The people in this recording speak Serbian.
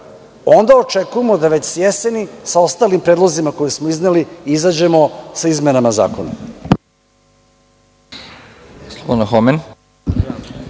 onda očekujemo da već s jeseni, sa ostalim predlozima koje smo izneli, izađemo sa izmenama zakona.